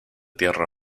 tierra